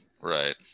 Right